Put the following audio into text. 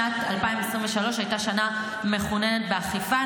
שנת 2023 הייתה שנה מכוננת באכיפה: